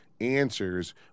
answers